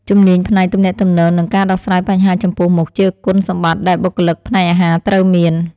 ជំនាញផ្នែកទំនាក់ទំនងនិងការដោះស្រាយបញ្ហាចំពោះមុខ ជាគុណសម្បត្តិដែលបុគ្គលិកផ្នែកអាហារត្រូវមាន។